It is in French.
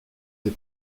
des